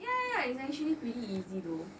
ya ya it's actually pretty easy though